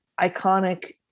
iconic